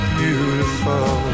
beautiful